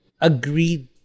agreed